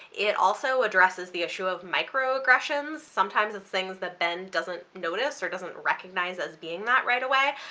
it also addresses the issue of microaggressions. sometimes it's things that ben doesn't notice or doesn't recognize as being that right away.